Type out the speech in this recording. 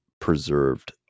preserved